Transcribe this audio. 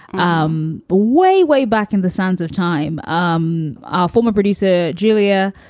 um but way, way back in the sands of time. um our former producer, julia,